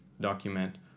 document